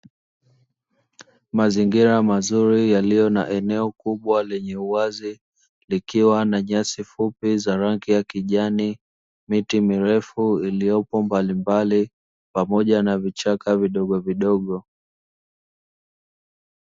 Mazingira mazuri yaliyo na eneo kubwa lenye uwazi, likiwa na nyasi fupi za rangi ya kijani, miti mirefu iliyopo mbalimbali pamoja na vichaka vidogovidogo.